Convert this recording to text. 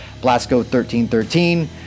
Blasco1313